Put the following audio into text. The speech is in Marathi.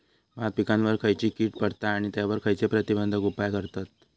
भात पिकांवर खैयची कीड पडता आणि त्यावर खैयचे प्रतिबंधक उपाय करतत?